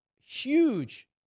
Huge